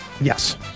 Yes